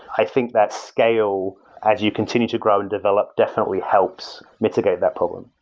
i think that scale as you continue to grow and develop definitely helps mitigate that problem.